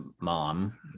mom